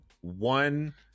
one